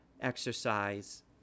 exercise